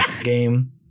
game